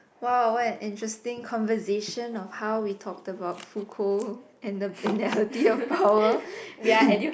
!wow! what an interesting conversation of how we talked about food and the penalty of power